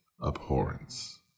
abhorrence